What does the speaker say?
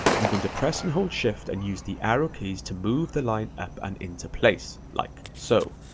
i'm going to press and hold shift, and use the arrow keys to move the line up and into place, like so.